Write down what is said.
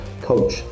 coach